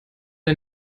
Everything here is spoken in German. der